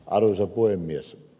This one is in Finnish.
arvoisa puhemies